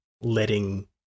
letting